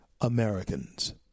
Americans